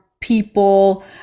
People